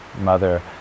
mother